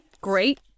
Great